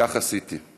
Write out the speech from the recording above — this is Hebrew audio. וכך עשיתי.